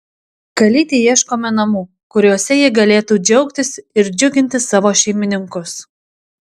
kalytei ieškome namų kuriuose ji galėtų džiaugtis ir džiuginti savo šeimininkus